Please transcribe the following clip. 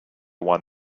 one